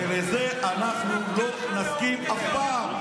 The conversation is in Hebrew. ולזה אנחנו לא נסכים אף פעם.